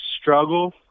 struggle